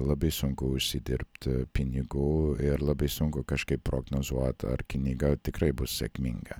labai sunku užsidirbt pinigų ir labai sunku kažkaip prognozuot ar knyga tikrai bus sėkminga